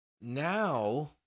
now